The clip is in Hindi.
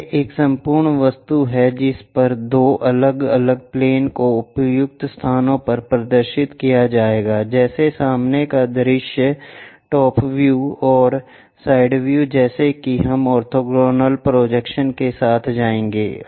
यह एक संपूर्ण वस्तु है जिस पर दो अलग अलग प्लेन को उपयुक्त स्थानों पर प्रदर्शित किया जाएगा जैसे सामने का दृश्य टॉप व्यूऔर साइड व्यू जैसे कि हम ऑर्थोगोनल प्रोजेक्शन्स के साथ जाएंगे